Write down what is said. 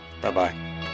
Bye-bye